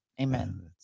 Amen